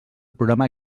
programa